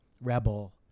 rebel